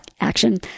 action